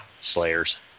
Slayers